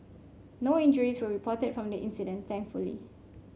no injuries were reported from the incident thankfully